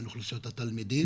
בין אוכלוסיות התלמידים.